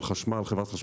אבל חברת החשמל,